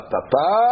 Papa